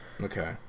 Okay